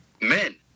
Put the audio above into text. men